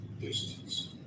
distance